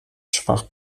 schwach